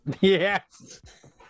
Yes